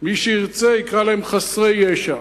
מי שירצה יקרא להם חסרי ישע.